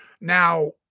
Now